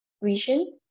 region